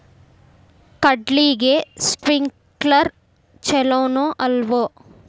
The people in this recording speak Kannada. ಕಡ್ಲಿಗೆ ಸ್ಪ್ರಿಂಕ್ಲರ್ ಛಲೋನೋ ಅಲ್ವೋ?